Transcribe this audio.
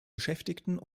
beschäftigten